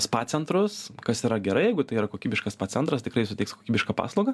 spa centrus kas yra gerai jeigu tai yra kokybiškas spa centras tikrai suteiks kokybišką paslaugą